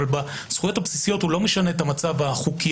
אבל בזכויות הבסיסיות הוא לא משנה את המצב החוקי